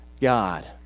God